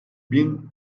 bin